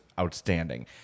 outstanding